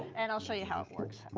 and i'll show you how it works.